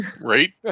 Right